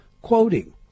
quoting